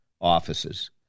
offices